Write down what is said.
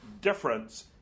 difference